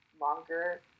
longer